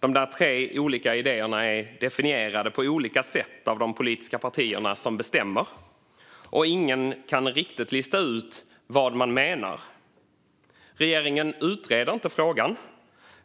De tre olika idéerna är definierade på olika sätt av de politiska partierna som bestämmer, och ingen kan riktigt lista ut vad de menar. Regeringen utreder inte frågan och